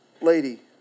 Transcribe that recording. lady